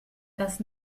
das